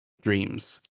dreams